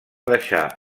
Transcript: deixar